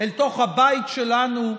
אל תוך הבית שלנו,